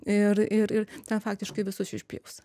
ir ir ir ten faktiškai visus išpjaus